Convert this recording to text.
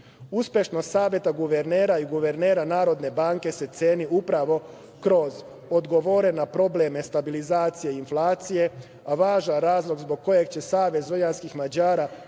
profite. Uspešnost Saveta guvernera i guvernera Narodne banke se ceni upravo kroz odgovore na problem stabilizacije inflacije, a važan razlog zbog kojeg će Savez vojvođanskih Mađara